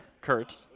Kurt